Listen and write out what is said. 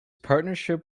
partnership